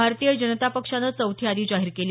भारतीय जनता पक्षानं चौथी यादी जाहीर केली